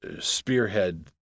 spearhead